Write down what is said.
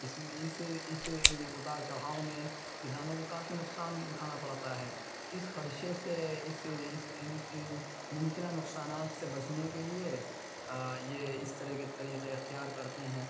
اس میں اس اس اتار چڑھاؤ میں کسانوں کو کافی نقصان اٹھانا پڑتا ہے اس خدشے سے اس اس ان ان ممکنہ نقصانات سے بچنے کے لیے یہ اس طرح کے طریقے اختیار کرتے ہیں